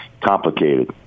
complicated